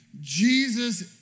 Jesus